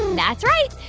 that's right.